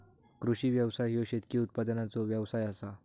कृषी व्यवसाय ह्यो शेतकी उत्पादनाचो व्यवसाय आसा